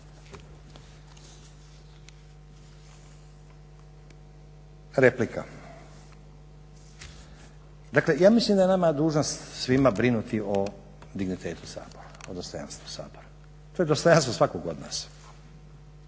Replika, dakle ja mislim da je nama dužnost svima brinuti o dignitetu Sabora, odnosno o dostojanstvu Sabora. To je dostojanstvo svakog od nas.